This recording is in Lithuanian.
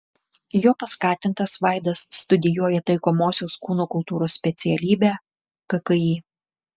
jo paskatintas vaidas studijuoja taikomosios kūno kultūros specialybę kki